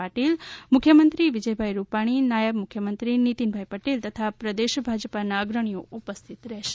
પાટીલ મુખ્યમંત્રીશ્રી વિજય રૂપાણી નાયબ મુખ્યમંત્રીશ્રી નીતિન પટેલ તથા પ્રદેશ ભાજપાના અગ્રણીશ્રીઓ ઉપસ્થિત રહેશે